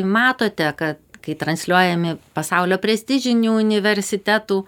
matote kad kai transliuojami pasaulio prestižinių universitetų